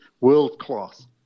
world-class